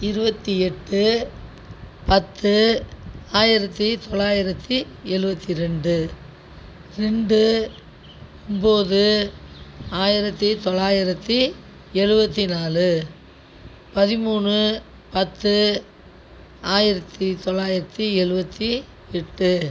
இருபத்தி எட்டு பத்து ஆயிரத்தி தொள்ளாயிரத்தி எழுபத்தி ரெண்டு ரெண்டு ஒம்பது ஆயிரத்தி தொள்ளாயிரத்தி எழுபத்தி நாலு பதிமூணு பத்து ஆயிரத்தி தொள்ளாயிரத்தி எழுபத்தி எட்டு